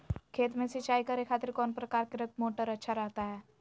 खेत में सिंचाई करे खातिर कौन प्रकार के मोटर अच्छा रहता हय?